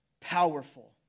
powerful